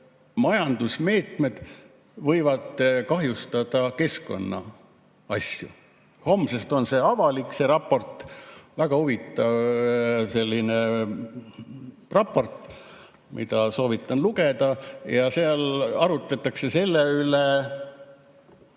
majandusmeetmed võivad kahjustada keskkonna asju. Homsest on see avalik, väga huvitav raport, mida soovitan lugeda. Seal arutletakse selle üle,